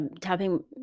tapping